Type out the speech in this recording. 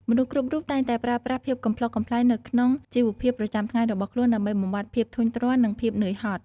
មនុស្សគ្រប់រូបតែងតែប្រើប្រាស់ភាពកំប្លុកកំប្លែងនៅក្នុងជីវភាពប្រចាំថ្ងៃរបស់ខ្លួន ដើម្បីបំបាត់ភាពធុញទ្រាន់និងភាពនឿយហត់។